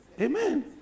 amen